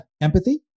empathy